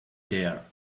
there